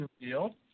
deal